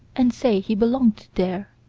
and say he belonged there.